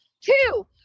two